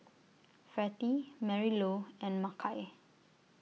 Vertie Marylou and Makai